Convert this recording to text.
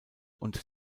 und